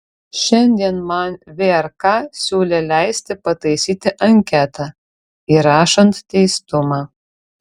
šiandien man vrk siūlė leisti pataisyti anketą įrašant teistumą